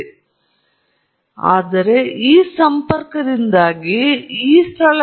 ಮತ್ತು ಸಾಮಾನ್ಯವಾಗಿ ನೀವು ಸ್ವಯಂಚಾಲಿತವಾಗಿ ಈ ಸಣ್ಣ ಮೌಲ್ಯಗಳು ಎಂದು ಭಾವಿಸುವುದಿಲ್ಲ ಇವು ಗಮನಾರ್ಹವಾದ ಮೌಲ್ಯಗಳಾಗಿರಬಹುದು